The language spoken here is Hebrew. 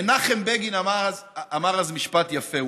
מנחם בגין אמר אז משפט יפה.